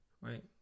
right